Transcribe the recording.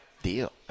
deal